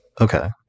Okay